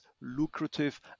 lucrative